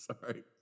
Sorry